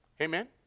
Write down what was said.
Amen